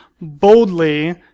boldly